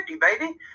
baby